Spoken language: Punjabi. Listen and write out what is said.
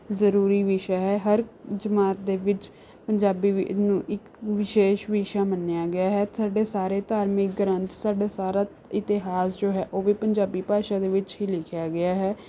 ਜ਼ਰੂਰੀ ਵਿਸ਼ਾ ਹੈ ਹਰ ਜਮਾਤ ਦੇ ਵਿੱਚ ਪੰਜਾਬੀ ਵ ਨੂੰ ਇੱਕ ਵਿਸ਼ੇਸ਼ ਵਿਸ਼ਾ ਮੰਨਿਆ ਗਿਆ ਹੈ ਸਾਡੇ ਸਾਰੇ ਧਾਰਮਿਕ ਗ੍ਰੰਥ ਸਾਡਾ ਸਾਰਾ ਇਤਿਹਾਸ ਜੋ ਹੈ ਉਹ ਵੀ ਪੰਜਾਬੀ ਭਾਸ਼ਾ ਦੇ ਵਿੱਚ ਹੀ ਲਿਖਿਆ ਗਿਆ ਹੈ